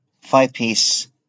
five-piece